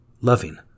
loving